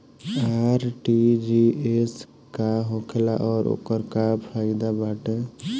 RTGS का होखेला और ओकर का फाइदा बाटे?